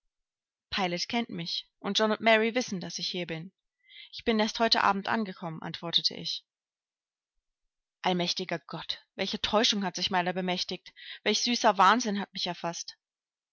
kennt mich und john und mary wissen daß ich hier bin ich bin erst heute abend angekommen antwortete ich allmächtiger gott welche täuschung hat sich meiner bemächtigt welch süßer wahnsinn hat mich erfaßt